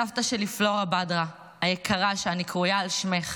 סבתא שלי, פלורה בדרה היקרה, שאני קרויה על שמה,